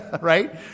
Right